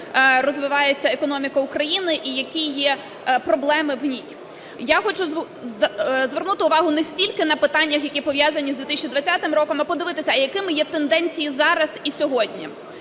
розвивається економіка України і які є проблеми в ній. Я хочу звернути увагу не стільки на питаннях, які пов'язані з 2020 роком, а подивитися, а якими є тенденції зараз і сьогодні.